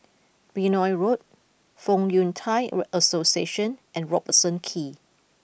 Benoi Road Fong Yun Thai Association and Robertson Quay